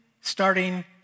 starting